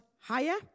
higher